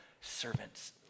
servants